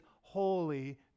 holy